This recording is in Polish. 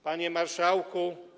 Panie Marszałku!